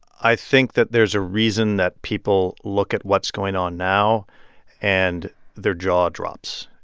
i think that there's a reason that people look at what's going on now and their jaw drops.